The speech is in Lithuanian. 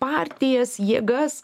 partijas jėgas